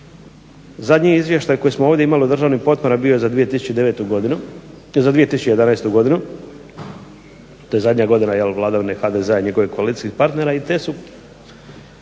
Zadnji izvještaj koji smo ovdje imali o državnim potporama bio je za 2011.godinu to je zadnja godina vladavine HDZ-a i njegovih koalicijskih partnera i te su